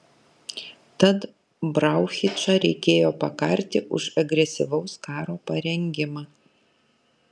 tad brauchičą reikėjo pakarti už agresyvaus karo parengimą